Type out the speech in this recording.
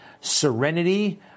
Serenity